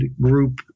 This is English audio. group